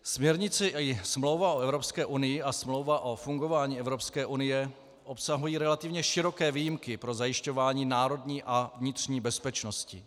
Směrnice i Smlouva o Evropské unii a Smlouva o fungování Evropské unie obsahují relativně široké výjimky pro zajišťování národní a vnitřní bezpečnosti.